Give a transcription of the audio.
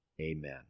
Amen